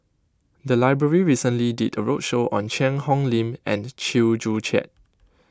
the library recently did a roadshow on Cheang Hong Lim and Chew Joo Chiat